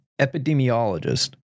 epidemiologist